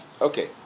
okay